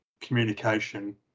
communication